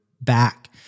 back